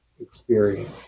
experience